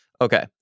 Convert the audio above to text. Okay